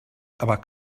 aber